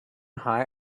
hire